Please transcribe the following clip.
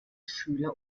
schüler